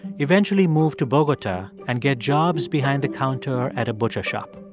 eventually moved to bogota and get jobs behind the counter at a butcher shop.